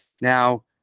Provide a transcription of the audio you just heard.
Now